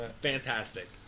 Fantastic